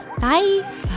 bye